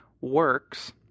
works